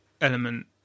element